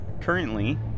currently